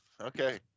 Okay